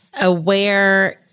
aware